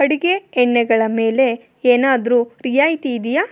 ಅಡಿಗೆ ಎಣ್ಣೆಗಳ ಮೇಲೆ ಏನಾದರು ರಿಯಾಯಿತಿ ಇದೆಯಾ